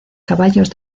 caballos